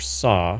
saw